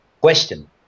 question